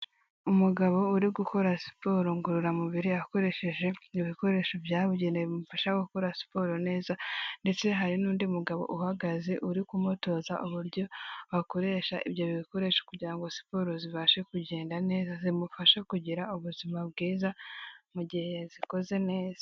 Umugabo uri gukora siporo ngororamubiri akoresheje ibikoresho byabugenewe bimufasha gukora siporo neza ndetse hari n'undi mugabo uhagaze uri kumutoza uburyo akoresha ibyo bikoresho, kugira ngo siporo zibashe kugenda neza, zimufasha kugira ubuzima bwiza mu gihe yazikoze neza.